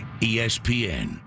ESPN